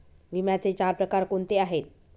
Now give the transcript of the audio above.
विम्याचे चार प्रकार कोणते आहेत?